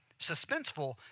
suspenseful